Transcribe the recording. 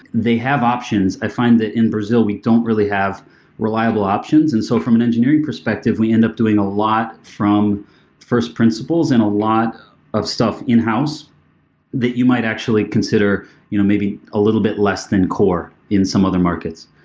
they have options. i find that in brazil, we don't really have reliable options. and so from an engineering perspective, we end up doing a lot from first principles and a lot of stuff in house that you might actually consider you know maybe a little bit less than core in some other markets.